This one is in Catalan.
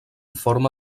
forma